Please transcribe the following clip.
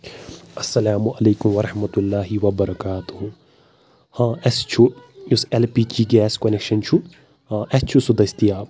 السلام علیکم ورحمتہ اللہ وبرکاتہ ہاں اَسہِ چھُ یُس L P G gas connection چھُ آ اَسہِ چھُ سُہ دٔستیاب